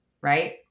Right